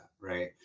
Right